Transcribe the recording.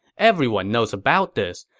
everyone knows about this.